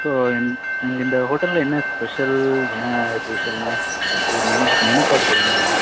so இந் இங்கே இந்த ஹோட்டலில் என்ன ஸ்பெஷல் என்ன இது சொல்லுங்கள் ஏ மெனு மெனு கார்டு கொடுங்க கொஞ்சம்